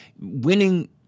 Winning